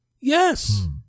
Yes